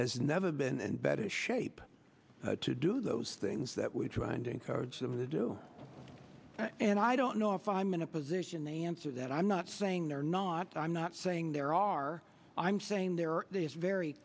has never been in better shape to do those things that we're trying to encourage them to do and i don't know if i'm in a position to answer that i'm not saying they're not i'm not saying there are i'm saying there